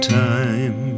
time